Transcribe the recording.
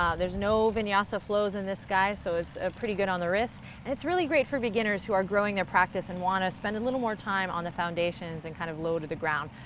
um there's no vinyasa flows in this, guys, so it's pretty good on the wrists. and it's really great for beginners who are growing their practice and want to spend a little more time on the foundations and kind of low to the ground,